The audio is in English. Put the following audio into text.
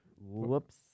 Whoops